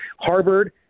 Harvard